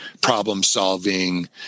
problem-solving